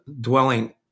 dwelling